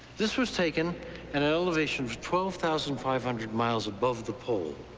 this was taken at an elevation of twelve thousand five hundred miles above the pole.